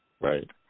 Right